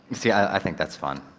you see, i think that's fun.